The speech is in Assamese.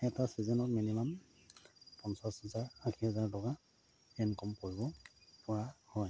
এটা ছিজনত মিনিমাম পঞ্চাছ হাজাৰ আশী হাজাৰ টকা ইনকম কৰিবপৰা হয়